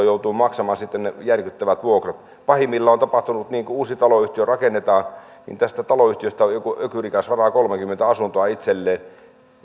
joutuu maksamaan sitten ne järkyttävät vuokrat pahimmillaan on tapahtunut niin että kun uusi taloyhtiö rakennetaan niin tästä taloyhtiöstä joku ökyrikas varaa kolmekymmentä asuntoa itselleen